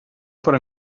per